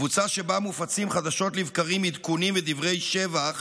קבוצה שבה מופצים חדשות לבקרים עדכונים ודברי שבח